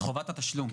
את חובת התשלום,